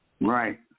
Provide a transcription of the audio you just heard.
Right